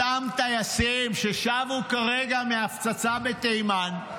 אותם טייסים ששבו כרגע מהפצצה בתימן,